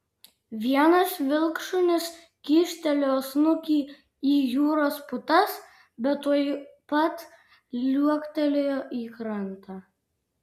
vienas vilkšunis kyštelėjo snukį į jūros putas bet tuoj pat liuoktelėjo į krantą